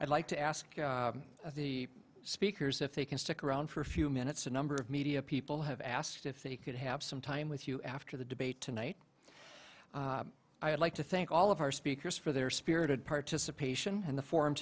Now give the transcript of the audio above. i'd like to ask the speakers if they can stick around for a few minutes a number of media people have asked if they could have some time with you after the debate tonight i would like to thank all of our speakers for their spirited participation in the forum